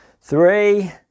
three